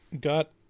got